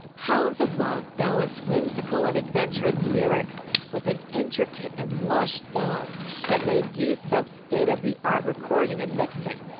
hounds of love balance, whimsical and adventurous lyrics with an intricate and lush sound that made use of state of the art recording of mixing,